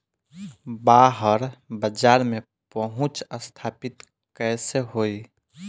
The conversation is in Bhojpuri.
बाहर बाजार में पहुंच स्थापित कैसे होई?